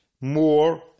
more